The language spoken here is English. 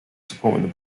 supporting